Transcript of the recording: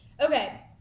Okay